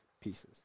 pieces